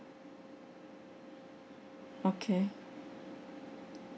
okay